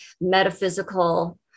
metaphysical